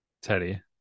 Teddy